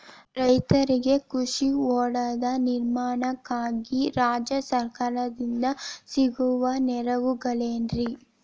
ರೈತರಿಗೆ ಕೃಷಿ ಹೊಂಡದ ನಿರ್ಮಾಣಕ್ಕಾಗಿ ರಾಜ್ಯ ಸರ್ಕಾರದಿಂದ ಸಿಗುವ ನೆರವುಗಳೇನ್ರಿ?